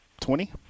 twenty